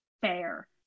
fair